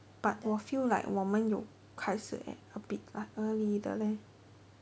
but 我 feel like 我们有开始 at a bit like early 的 leh